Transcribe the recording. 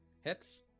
Hits